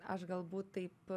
aš galbūt taip